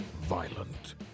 violent